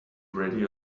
ready